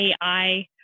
AI